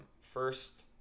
First